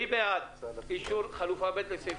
מי בעד אישור חלופה ב' לסעיף